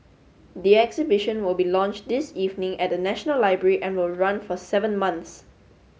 the exhibition will be launched this evening at the National Library and will run for seven months